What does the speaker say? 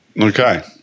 Okay